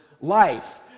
life